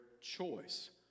choice